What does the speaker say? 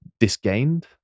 disgained